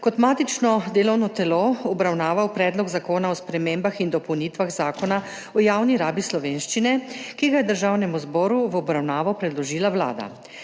kot matično delovno telo obravnaval Predlog zakona o spremembah in dopolnitvah Zakona o javni rabi slovenščine, ki ga je Državnemu zboru v obravnavo predložila Vlada.